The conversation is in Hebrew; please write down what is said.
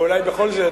אבל אולי בכל זאת,